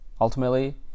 Ultimately